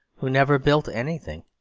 who never built anything,